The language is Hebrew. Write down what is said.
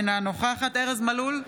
אינה נוכחת ארז מלול,